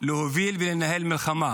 להוביל ולנהל מלחמה,